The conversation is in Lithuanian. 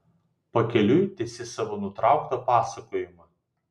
pakeliui tęsi savo nutrauktą pasakojimą